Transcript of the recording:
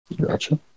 Gotcha